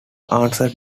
answered